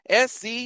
SC